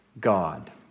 God